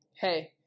hey